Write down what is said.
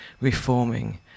reforming